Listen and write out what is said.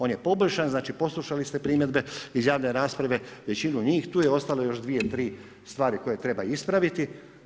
On je poboljšan, poslušali ste primjedbe iz javne rasprave većinu njih, tu je ostalo još dvije, tri stvari koje treba ispraviti.